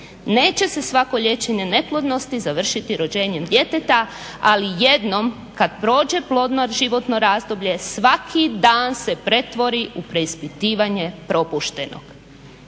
Neće se svako liječenje neplodnosti završiti rođenje djeteta, ali jednom kad prođe plodno životno razdoblje svaki dan se pretvori u preispitivanje propuštenog.